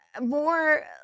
more